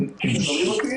המשבר,